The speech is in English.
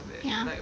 ya